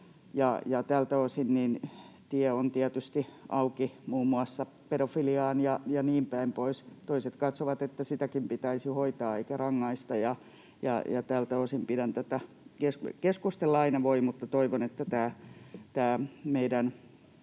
tältä osin tie on tietysti auki muun muassa pedofiliaan ja niin päin pois. Toiset katsovat, että sitäkin pitäisi hoitaa, eikä rangaista. Keskustella aina voi, mutta toivon, että tämä meidän